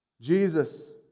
Jesus